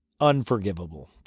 unforgivable